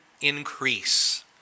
increase